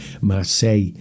Marseille